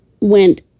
went